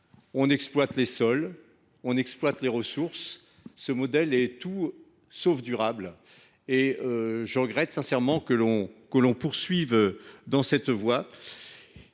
On exploite les sols. On exploite les ressources. Ce modèle est tout sauf durable, et je regrette sincèrement que l’on poursuive dans cette voie.